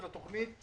מתי זה היה?